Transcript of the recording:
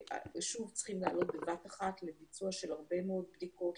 שוב צריכים לעלות בבת-אחת לביצוע של הרבה מאוד בדיקות,